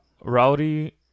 Rowdy